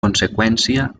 conseqüència